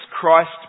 Christ